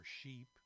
sheep